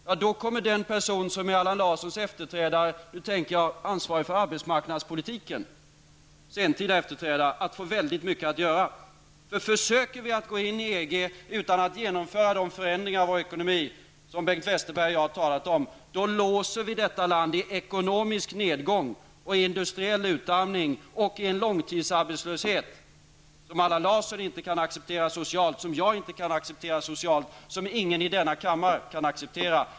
Jo, då kommer den person som är Allan Larssons sentida efterträdare -- jag tänker då på den som är ansvarig för arbetsmarknadspolitiken -- att få väldigt mycket att göra. Om vi försöker att gå in i EG utan att genomföra de förändringar av vår ekonomi som Bengt Westerberg och jag har talat om, låser vi nämligen detta land i ekonomisk nedgång, industriell utarmning och långtidsarbetslöshet, som Allan Larsson inte kan acceptera socialt, och som jag inte kan acceptera socialt, och som ingen i denna kammare kan acceptera.